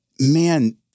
man